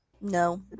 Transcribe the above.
no